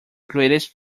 greatest